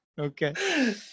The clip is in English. Okay